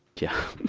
yeah.